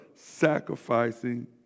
sacrificing